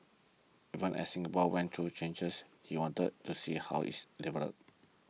even as Singapore went to changes he wanted to see how it's developed